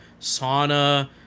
sauna